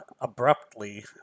abruptly